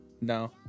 No